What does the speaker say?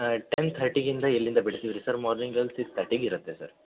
ಹಾಂ ಟೆನ್ ಥರ್ಟಿಯಿಂದ ಇಲ್ಲಿಂದ ಬಿಡ್ತೀವಿ ರೀ ಸರ್ ಮಾರ್ನಿಂಗ್ ಅಲ್ಲಿ ಸಿಕ್ಸ್ ತರ್ಟಿಗೆ ಇರುತ್ತೆ ಸರ್